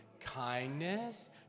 kindness